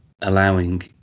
allowing